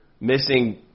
missing